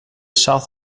south